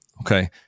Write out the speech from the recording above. Okay